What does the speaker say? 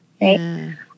right